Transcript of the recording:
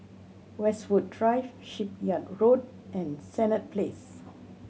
Westwood Drive Shipyard Road and Senett Place